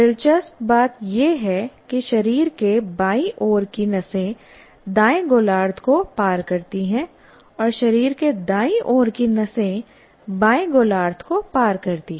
दिलचस्प बात यह है कि शरीर के बाईं ओर की नसें दाएं गोलार्ध को पार करती हैं और शरीर के दाईं ओर की नसें बाएं गोलार्ध को पार करती हैं